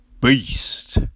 beast